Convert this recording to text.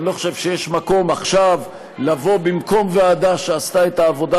אני לא חושב שיש מקום עכשיו לבוא במקום ועדה שעשתה את העבודה